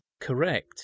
correct